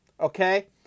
okay